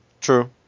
True